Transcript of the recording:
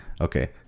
okay